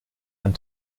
and